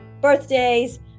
birthdays